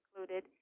included